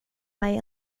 mig